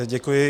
Děkuji.